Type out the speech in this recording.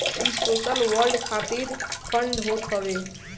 इ social wealth खातिर fund होत हवे